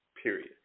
Period